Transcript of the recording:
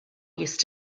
used